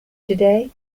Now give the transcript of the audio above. today